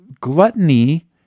gluttony